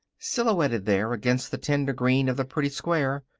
silhouetted there against the tender green of the pretty square,